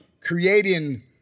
creating